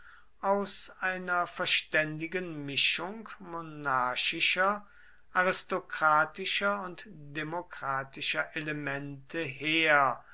aus einer verständigen mischung monarchischer aristokratischer und demokratischer elemente her